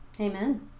Amen